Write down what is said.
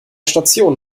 station